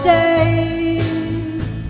days